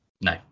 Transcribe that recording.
no